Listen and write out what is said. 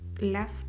left